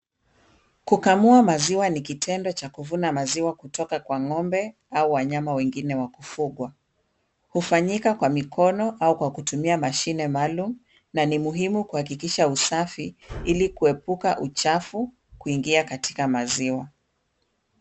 Kukamua maziwa ni kitendo cha kuvuna maziwa kutoka kwa ng'ombe au wanyama wengine wa kufugwa. Hufanyika kwa mikono au kwa kutumia mashine maalum, na ni muhimu kuhakikisha usafi ili kuepuka uchafu, kuingia katika maziwa.